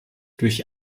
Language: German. durch